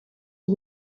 het